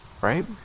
right